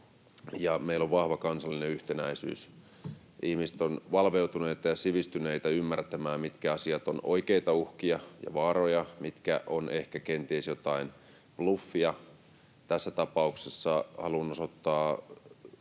meillä on vahva kansallinen yhtenäisyys. Ihmiset ovat valveutuneita ja sivistyneitä ymmärtämään, mitkä asiat ovat oikeita uhkia ja vaaroja ja mitkä ovat ehkä kenties jotakin bluffia. Tässä tapauksessa haluan osoittaa